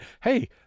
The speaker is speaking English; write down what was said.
Hey